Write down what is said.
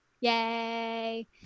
Yay